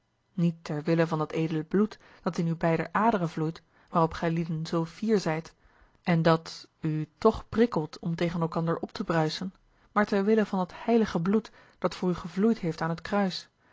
niet ter wille van dat edele bloed dat in uw beider aderen vloeit waarop gijlieden zoo fier zijt en dat u toch prikkelt om tegen elkander op te bruisen maar ter wille van dat heilige bloed dat voor u gevloeid heeft aan het kruis